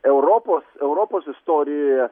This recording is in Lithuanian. europos europos istorijoje